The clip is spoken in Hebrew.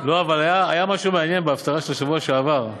אבל היה משהו מעניין בהפטרה של שבוע שעבר.